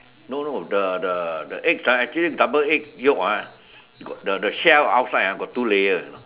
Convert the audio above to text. no no the the the eggs ah actually double egg Yolk ah got the the shell outside got two layers you know